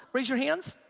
raise your hands.